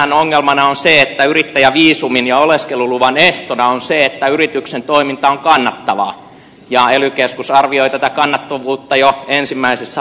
tässähän ongelmana on se että yrittäjäviisumin ja oleskeluluvan ehtona on se että yrityksen toiminta on kannattavaa ja ely keskus arvioi tätä kannattavuutta jo ensimmäisessä hakemuksessa